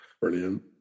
Brilliant